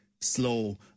slow